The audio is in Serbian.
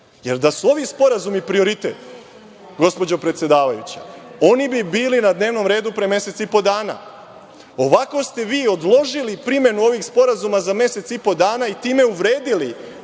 jer da su ovi sporazumi prioritet, gospođo predsedavajuća, oni bi bili na dnevnom redu pre mesec i po dana. Ovako ste vi odložili primenu ovih sporazuma za mesec i po dana i time uvredili